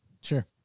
Sure